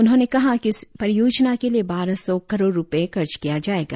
उन्होंने बताया कि इस परियोजना के लिए बारह सौ करोड़ रुपए खर्च किया जाएगा